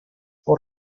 por